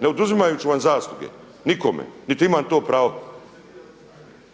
ne oduzimajući vam zasluge nikome niti imam to pravo.